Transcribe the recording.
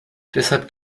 deshalb